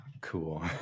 Cool